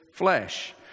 flesh